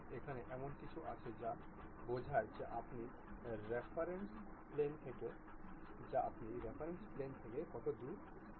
এবং এখানে এমন কিছু আছে যা বোঝাই যে আপনি রেফারেন্সের প্লেন থেকে কত দূর যেতে চান